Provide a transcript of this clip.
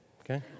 okay